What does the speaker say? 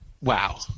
Wow